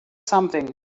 something